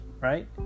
right